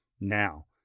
Now